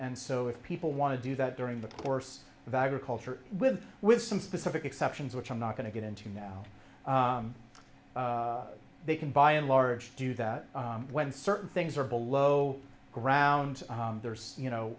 and so if people want to do that during the course of agriculture with with some specific exceptions which i'm not going to get into now they can by and large do that when certain things are below ground there's you know